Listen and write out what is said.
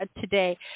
today